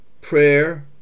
prayer